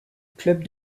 club